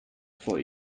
vor